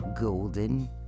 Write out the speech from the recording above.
golden